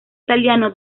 italiano